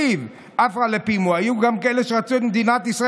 להט"ב' אינו עומד בתנאי הסף להגדרת קהילה